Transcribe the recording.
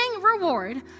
reward